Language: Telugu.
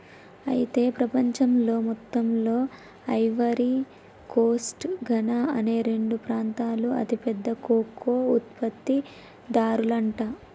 అయితే ప్రపంచంలో మొత్తంలో ఐవరీ కోస్ట్ ఘనా అనే రెండు ప్రాంతాలు అతి పెద్ద కోకో ఉత్పత్తి దారులంట